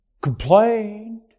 Complained